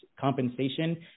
compensation